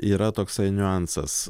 yra toksai niuansas